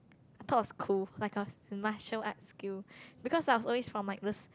I thought was cool like a martial arts skill because I was always from like this